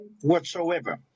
whatsoever